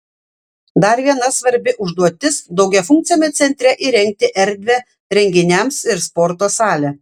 dar viena svarbi užduotis daugiafunkciame centre įrengti erdvę renginiams ir sporto salę